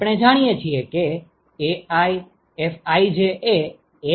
આપણે જાણીએ છીએ કે AiFij એ AjFji છે